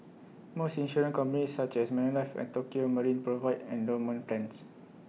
most insurance companies such as Manulife and Tokio marine provide endowment plans